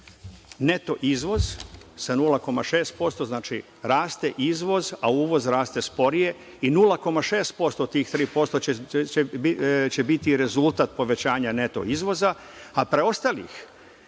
neto izvoz, sa 0,6%, znači, raste izvoz, a uvoz raste sporije i 0,6%, tih 3% će biti rezultat povećanja neto izvoza, a preostalih